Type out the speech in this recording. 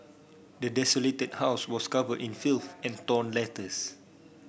the desolated house was covered in filth and torn letters